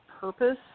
purpose